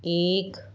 एक